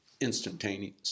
instantaneous